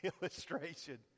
illustration